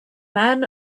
man